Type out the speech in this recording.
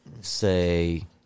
say